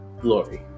glory